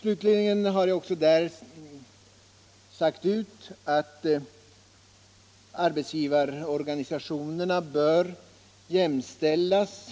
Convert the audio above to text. Slutligen har jag där också sagt ut att arbetsgivarorganisationerna bör jämställas